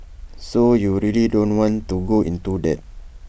so you really don't want to go into that